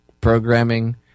programming